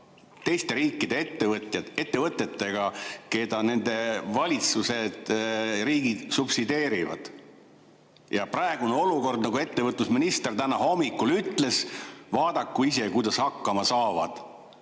teiste riikide ettevõtjatega, ettevõtetega, keda nende valitsused, riigid subsideerivad. Praegune olukord on, nagu ettevõtlusminister täna hommikul ütles, et vaadaku ise, kuidas hakkama saavad.